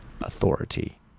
authority